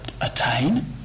attain